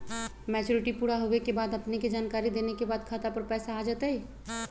Maturity पुरा होवे के बाद अपने के जानकारी देने के बाद खाता पर पैसा आ जतई?